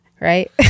Right